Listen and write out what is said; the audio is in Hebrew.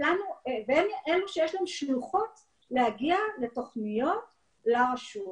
להם יש שלוחות להגיע לתוכניות לרשות.